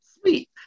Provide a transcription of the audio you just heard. Sweet